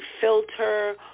filter